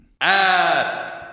Ask